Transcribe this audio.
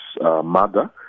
mother